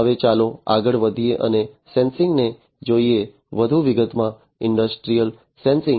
હવે ચાલો આગળ વધીએ અને સેન્સિંગને જોઈએ વધુ વિગતમાં ઈન્ડસ્ટ્રીયલ સેન્સિંગ